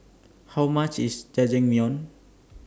How much IS Jajangmyeon